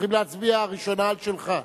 הולכים להצביע ראשונה על שלך.